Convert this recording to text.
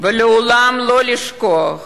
ולעולם לא לשכוח